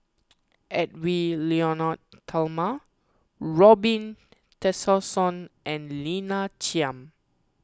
Edwy Lyonet Talma Robin Tessensohn and Lina Chiam